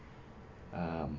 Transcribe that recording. um